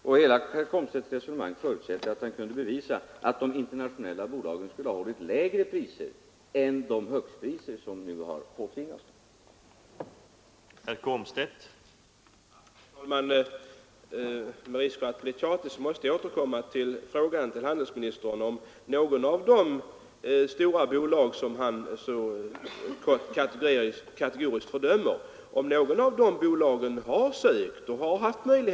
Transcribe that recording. Hela herr Komstedts resonemang förutsätter att han skulle kunna bevisa att de internationella bolagen skulle ha hållit lägre priser än de högstpriser som nu har påtvingats dem.